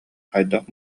хайдах